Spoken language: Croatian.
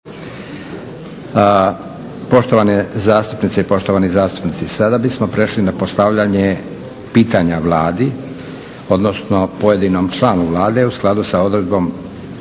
Poštovane zastupnice i poštovani zastupnici, sada bismo prešli na postavljanje pitanja Vladi, odnosno pojedinom članu Vlade u skladu sa odredbom